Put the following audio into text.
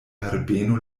herbeno